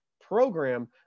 program